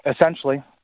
Essentially